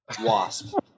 Wasp